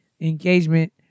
engagement